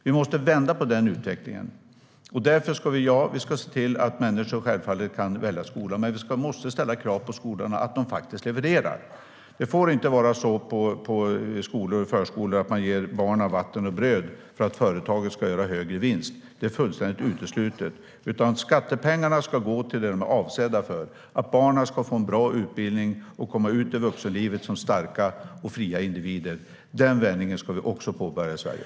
Vi måste vända på den utvecklingen. Vi ska se till att människor självfallet kan välja skola. Men vi måste ställa krav på skolorna att de levererar. Det får inte vara så på skolor och förskolor att man ger barnen vatten och bröd för att företaget ska göra högre vinst. Det är fullständigt uteslutet. Skattepengarna ska gå till det de är avsedda för. Barnen ska få en bra utbildning och komma ut i vuxenlivet som starka och fria individer. Den vändningen ska vi också påbörja i Sverige.